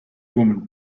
woman